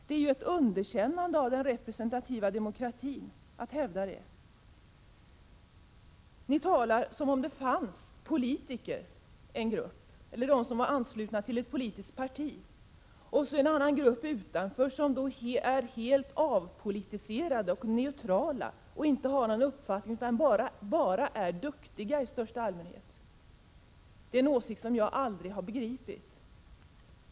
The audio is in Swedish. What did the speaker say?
Det är ju ett underkännande av den representativa demokratin att tala om det. Ni talar om dem som är anslutna till ett politiskt parti och om en annan grupp som är helt avpolitiserad och neutral samt inte har några uppfattningar utan bara är duktig i största allmänhet. Det är en åsikt som jag aldrig har begripit.